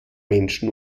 menschen